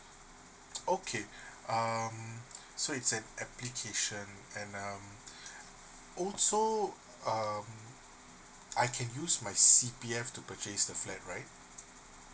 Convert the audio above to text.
okay um so it's a application and um also um I can use my C_P_F to purchase the flat right